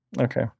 Okay